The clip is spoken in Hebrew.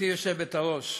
גברתי היושבת-ראש,